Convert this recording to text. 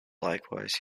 likewise